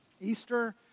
Easter